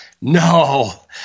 No